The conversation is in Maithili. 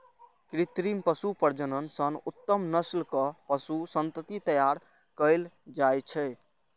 कृत्रिम पशु प्रजनन सं उत्तम नस्लक पशु संतति तैयार कएल जाइ छै